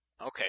Okay